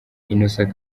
innocent